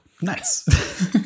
Nice